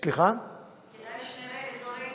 כדאי שנראה אזורים